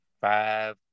five